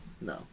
No